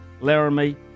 Laramie